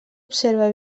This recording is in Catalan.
observa